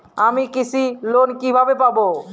আমি কৃষি লোন কিভাবে পাবো?